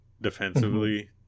defensively